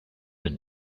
and